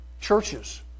churches